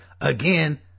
again